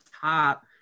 top